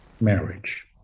marriage